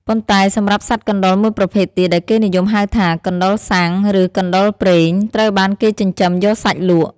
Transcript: ប៉ុន្តែសម្រាប់សត្វកណ្តុរមួយប្រភេទទៀត ដែលគេនិយមហៅថា កណ្តុរសុាំង ឬ កណ្តុរព្រែង ត្រូវបានគេចិញ្ចឹមយកសាច់លក់។